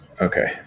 Okay